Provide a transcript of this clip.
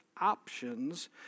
options